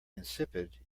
insipid